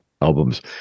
albums